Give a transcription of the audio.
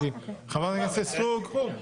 חברת הכנסת סטרוק.